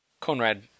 Conrad